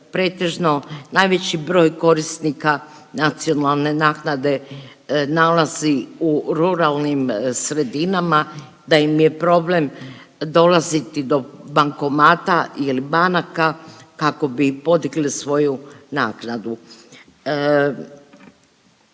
pretežno najveći broj korisnika nacionalne naknade nalazi u ruralnim sredinama, da im je problem dolaziti do bankomata ili banaka kako bi podigli svoju naknadu.